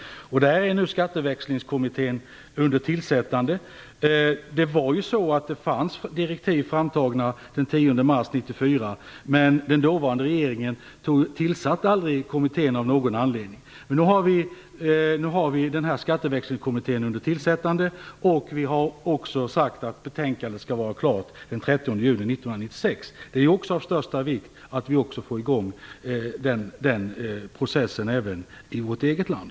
Där är nu Skatteväxlingskommittén under tillsättande. Det fanns direktiv framtagna den 10 mars 1994, men den dåvarande regeringen tillsatte aldrig kommittén av någon anledning. Nu har vi Skatteväxlingskommittén under tillsättande. Vi har också sagt att betänkandet skall vara klart den 30 juni 1996. Det är av största vikt att vi får i gång den processen även i vårt eget land.